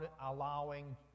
allowing